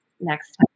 next